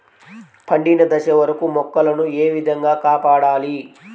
పండిన దశ వరకు మొక్కల ను ఏ విధంగా కాపాడాలి?